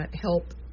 help